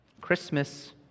Christmas